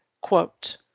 quote